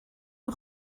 nhw